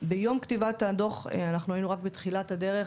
ביום כתיבת הדוח אנחנו היינו רק בתחילת הדרך